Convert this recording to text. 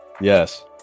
Yes